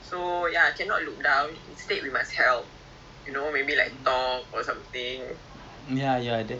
ah yes yes maybe we can go there also over the fort serapong can just cycle there I don't think it's very far